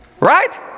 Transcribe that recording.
Right